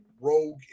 rogue